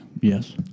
Yes